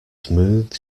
smooth